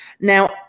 Now